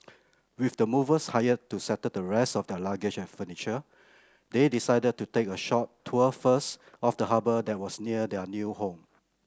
with the movers hired to settle the rest of their luggage and furniture they decided to take a short tour first of the harbour that was near their new home